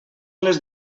les